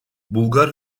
bulgar